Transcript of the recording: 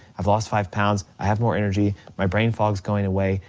i've lost five pounds, i have more energy, my brain fog's going away,